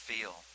feel